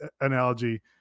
analogy